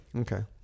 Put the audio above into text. Okay